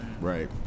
right